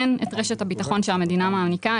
אין את רשת הביטחון שהמדינה מעניקה.